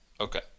Okay